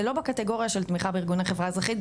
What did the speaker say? זה לא בקטגוריה של תמיכה בארגוני חברה אזרחית,